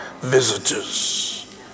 visitors